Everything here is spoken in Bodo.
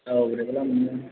औ बोरैबाबा मोनो